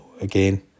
Again